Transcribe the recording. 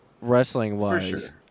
wrestling-wise